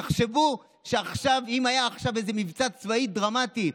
תחשבו שאם היה עכשיו איזה מבצע צבאי דרמטי,